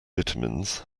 vitamins